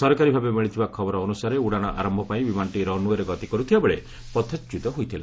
ସରକାରୀ ଭାବେ ମିଳିଥିବା ଖବର ଅନୁସାରେ ଉଡାଣ ଆରମ୍ଭ ପାଇଁ ବିମାନଟି ରନ୍ୱେରେ ଗତି କରୁଥିବାବେଳେ ପଥଚ୍ୟୁତ ହୋଇଥିଲା